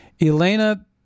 Elena